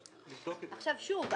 שוב,